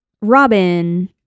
Robin